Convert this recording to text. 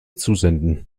zusenden